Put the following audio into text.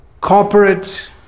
corporate